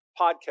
podcast